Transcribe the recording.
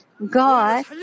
God